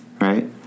right